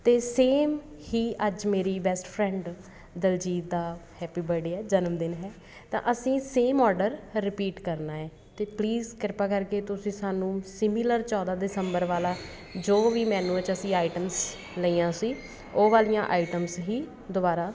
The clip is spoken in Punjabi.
ਅਤੇ ਸੇਮ ਹੀ ਅੱਜ ਮੇਰੀ ਬੈਸਟ ਫਰੈਂਡ ਦਲਜੀਤ ਦਾ ਹੈਪੀ ਬਰਥਡੇ ਆ ਜਨਮਦਿਨ ਹੈ ਤਾਂ ਅਸੀਂ ਸੇਮ ਔਡਰ ਰਿਪੀਟ ਕਰਨਾ ਹੈ ਅਤੇ ਪਲੀਜ਼ ਕਿਰਪਾ ਕਰਕੇ ਤੁਸੀਂ ਸਾਨੂੰ ਸਿਮੀਲਰ ਚੌਦਾਂ ਦਸੰਬਰ ਵਾਲਾ ਜੋ ਵੀ ਮੈਨਿਊ 'ਚ ਅਸੀਂ ਆਈਟਮਸ ਲਈਆਂ ਸੀ ਉਹ ਵਾਲੀਆਂ ਆਈਟਮਸ ਹੀ ਦੁਬਾਰਾ